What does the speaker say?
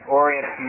orient